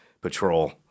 Patrol